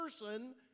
person